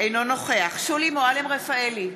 אינו נוכח שולי מועלם-רפאלי,